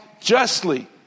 justly